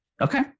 Okay